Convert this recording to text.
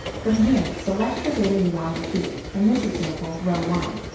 from here, select the data you want to repeat in this example, row one,